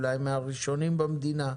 אולי מהראשונים במדינה,